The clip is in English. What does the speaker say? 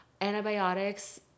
antibiotics